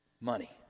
money